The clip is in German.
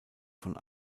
von